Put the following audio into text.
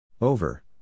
Over